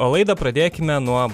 o laidą pradėkime nuo